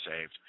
saved